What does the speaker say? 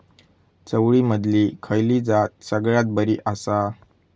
चवळीमधली खयली जात सगळ्यात बरी आसा?